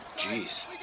Jeez